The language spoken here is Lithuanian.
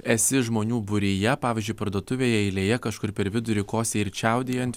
esi žmonių būryje pavyzdžiui parduotuvėje eilėje kažkur per vidurį kosėji ir čiaudėji ant